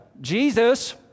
Jesus